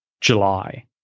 July